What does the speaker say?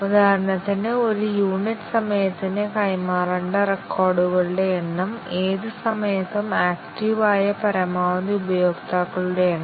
ഉദാഹരണത്തിന് ഒരു യൂണിറ്റ് സമയത്തിന് കൈമാറേണ്ട റെക്കോർഡുകളുടെ എണ്ണം ഏത് സമയത്തും ആക്ടിവ് ആയ പരമാവധി ഉപയോക്താക്കളുടെ എണ്ണം